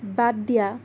বাদ দিয়া